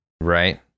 Right